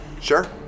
Sure